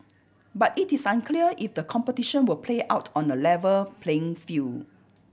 but it is unclear if the competition will play out on a level playing field